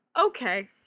okay